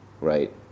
right